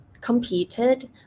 competed